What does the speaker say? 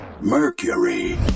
Mercury